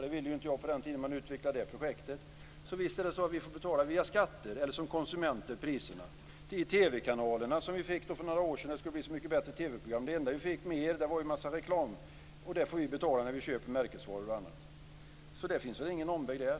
Det ville inte jag på den tiden när projektet utvecklades. Visst är det så att vi via skatter eller som konsumenter får betala priserna. T.ex. fick vi de nya TV kanalerna för några år sedan för att det skulle bli så mycket bättre TV-program. Det enda vi fick mer av var en massa reklam, och den får vi betala när vi köper märkesvaror och annat. Så det finns väl ingen omväg där.